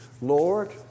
Lord